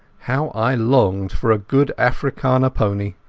how i longed for a good afrikander pony!